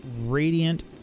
radiant